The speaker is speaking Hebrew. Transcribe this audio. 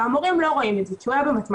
והמורים לא רואים את זה, כי הוא היה במתמטיקה.